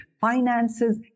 finances